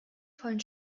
vollen